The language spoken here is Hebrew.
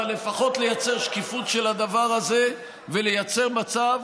אבל לפחות לייצר שקיפות של הדבר הזה, ולייצר מצב